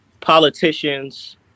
politicians